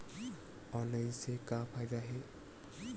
Online से का फ़ायदा हे?